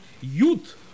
youth